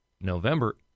November